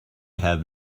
have